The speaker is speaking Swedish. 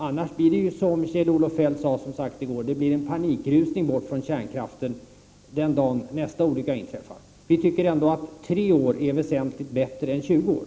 Annars blir det, som Kjell-Olof Feldt sade i går, en panikrusning bort från kärnkraften den dag då nästa olycka inträffar. Vi tycker ändå att tre år är väsentligt bättre än tjugo år.